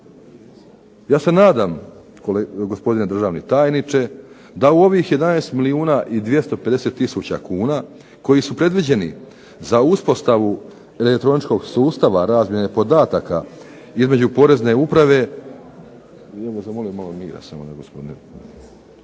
Ja se nadam gospodine državni tajniče da u ovih 11 milijuna i 250 tisuća kuna koji su predviđeni za uspostavu elektroničkog sustava razmjene podataka između porezne uprave